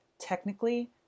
technically